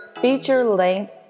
feature-length